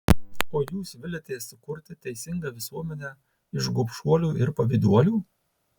o jūs viliatės sukurti teisingą visuomenę iš gobšuolių ir pavyduolių